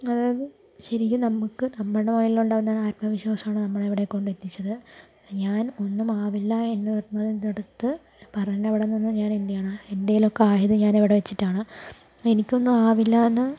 അതായത് ശരിക്കും നമുക്ക് നമ്മുടെ ഉണ്ടാകുന്ന ആത്മവിശ്വാസമാണ് നമ്മളെ ഇവിടെ കൊണ്ട് എത്തിച്ചത് ഞാൻ ഒന്നും ആകില്ല എന്ന് പറഞ്ഞടത്ത് പറഞ്ഞ അവിടെ നിന്ന് ഞാൻ എന്ത് ചെയ്യണം എന്തേലും ഒക്കെ ആയത് ഞാൻ ഇവിടെ വെച്ചിട്ടാണ് എനിക്ക് ഒന്നും ആവില്ലാന്ന്